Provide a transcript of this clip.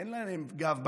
אין להם גב בכנסת,